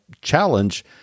challenge